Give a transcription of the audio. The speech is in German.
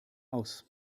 aus